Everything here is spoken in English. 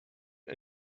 and